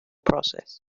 process